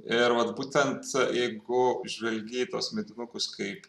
ir vat būtent jeigu žvalgi į tuos medinukus kaip